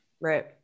Right